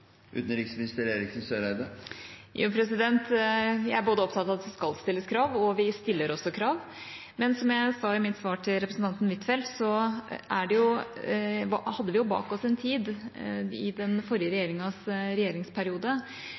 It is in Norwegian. Jeg er opptatt av at det skal stilles krav, og vi stiller også krav. Men, som jeg sa i mitt svar til representanten Huitfeldt, hadde vi bak oss en tid, i den forrige regjeringas regjeringsperiode,